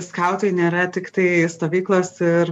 skautai nėra tiktai stovyklos ir